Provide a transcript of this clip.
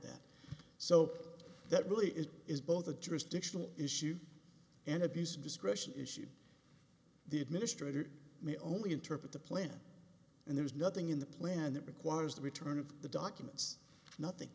that so that really it is both a jurisdictional issue an abuse of discretion issue the administrator may only interpret the plan and there's nothing in the plan that requires the return of the documents nothing